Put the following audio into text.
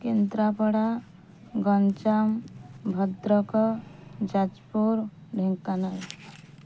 Kendrapara Ganjam Bhadrak Jajpur Dhenkanal